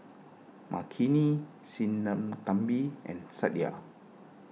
Makineni Sinnathamby and Satya